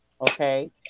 Okay